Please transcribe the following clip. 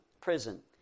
prison